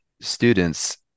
students